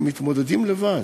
הם מתמודדים לבד,